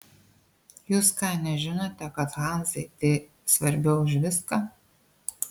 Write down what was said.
jūs ką nežinote kad hanzai tai svarbiau už viską